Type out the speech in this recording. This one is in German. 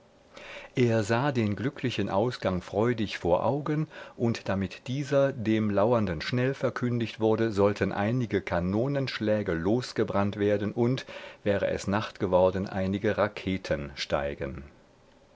er sah den glücklichen ausgang freudig vor augen und damit dieser dem lauernden schnell verkündigt würde sollten einige kanonenschläge losgebrannt werden und wäre es nacht geworden einige raketen steigen